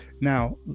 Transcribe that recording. Now